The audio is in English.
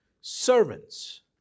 servants